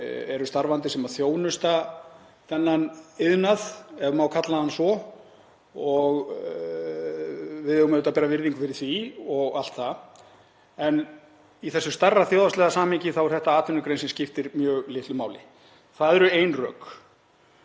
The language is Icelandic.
eru starfandi sem þjónusta þennan iðnað, ef má kalla hann svo, og við eigum auðvitað að bera virðingu fyrir því og allt það en í þessu stærra þjóðhagslega samhengi er þetta atvinnugrein sem skiptir mjög litlu máli. Það eru ein rök.